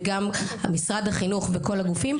וגם משרד החינוך וכל הגופים,